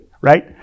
Right